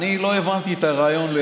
לא הבנתי את הרעיון.